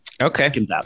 Okay